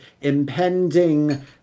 impending